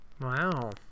Wow